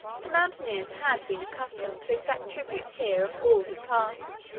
the mountaineers had been accustomed to exact tribute here of all who passed,